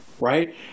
right